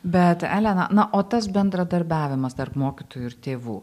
bet elena na o tas bendradarbiavimas tarp mokytojų ir tėvų